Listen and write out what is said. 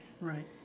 Right